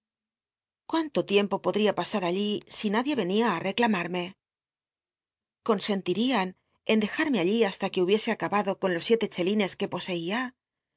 cuánto tiempo podría pasar allí si nadie nmia ti reclamarme consentilian en dejarme allí hasta que hubiese acabado con jos siete chelines que poseía